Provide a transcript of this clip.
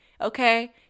okay